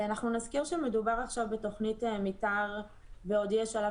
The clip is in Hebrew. אנחנו נזכיר שמדובר עכשיו בתוכנית מתאר ועוד יהיה שלב